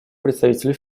представителю